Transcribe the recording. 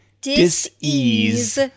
Disease